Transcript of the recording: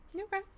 Okay